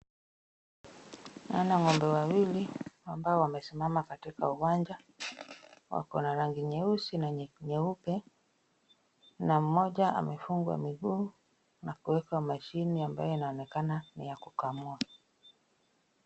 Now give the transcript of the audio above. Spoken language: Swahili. Naona ngombe wawili ambao wamesimama katika uwanja . Wako na rangi nyeusi na nyeupe na mmoja amefungwa miguu na kuwekwa mashine ambayo inaonekana ni ya kukamua.